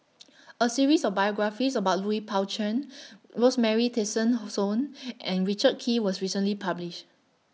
A series of biographies about Lui Pao Chuen Rosemary Tessensohn and Richard Kee was recently published